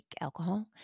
alcohol